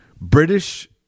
British